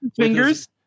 Fingers